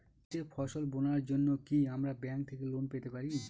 জমিতে ফসল বোনার জন্য কি আমরা ব্যঙ্ক থেকে লোন পেতে পারি?